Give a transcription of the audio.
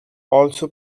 also